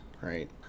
right